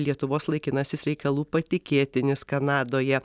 lietuvos laikinasis reikalų patikėtinis kanadoje